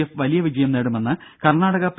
F വലിയ വിജയം നേടുമെന്ന് കർണാടക പി